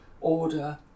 order